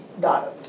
daughter